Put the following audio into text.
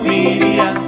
Media